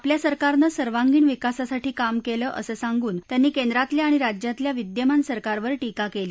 आपल्या सरकारने सर्वांगीण विकासासाठी काम केलं असं सांगून त्यांनी केंद्रातल्या आणि राज्यातल्या विद्यमान सरकारवर टीका केली